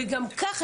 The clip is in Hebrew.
וגם כך,